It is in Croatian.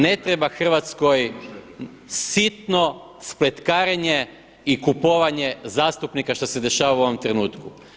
Ne treba Hrvatskoj sitno spletkarenje i kupovanje zastupnika šta se dešava u ovom trenutku.